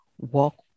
walk